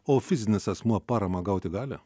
o fizinis asmuo paramą gauti gali